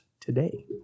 today